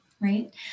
right